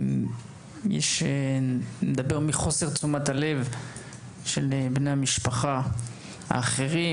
אני מדבר מחוסר תשומת הלב של בני המשפחה האחרים,